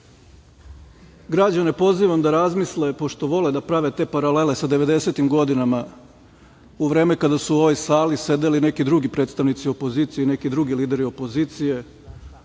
građane pozivam da razmisle, pošto vole da prave te paralele sa 90-im godinama, a u vreme kada su u ovoj sali sedeli neki drugi predstavnici opozicije i neki drugi lideri opozicije